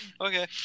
Okay